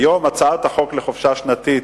כיום, חוק חופשה שנתית,